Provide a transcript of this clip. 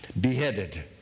beheaded